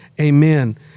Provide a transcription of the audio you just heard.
amen